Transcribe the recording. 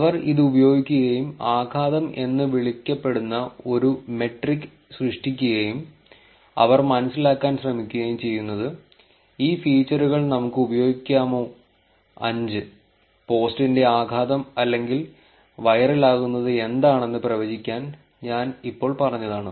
അവർ ഇത് ഉപയോഗിക്കുകയും ആഘാതം എന്ന് വിളിക്കപ്പെടുന്ന ഒരു മെട്രിക് സൃഷ്ടിക്കുകയും അവർ മനസ്സിലാക്കാൻ ശ്രമിക്കുകയും ചെയ്യുന്നത് ഈ ഫീച്ചറുകൾ നമുക്ക് ഉപയോഗിക്കാമോ അഞ്ച് പോസ്റ്റിന്റെ ആഘാതം അല്ലെങ്കിൽ വൈറലാകുന്നത് എന്താണെന്ന് പ്രവചിക്കാൻ ഞാൻ ഇപ്പോൾ പറഞ്ഞതാണ്